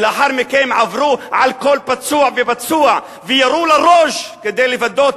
ולאחר מכן עברו על כל פצוע ופצוע וירו לראש כדי לוודא,